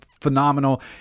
phenomenal